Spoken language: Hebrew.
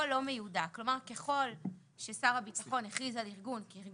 תיקון סעיף 1 1. ""קצין